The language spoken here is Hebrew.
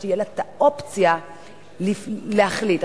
שתהיה לה האופציה להחליט.